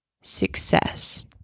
success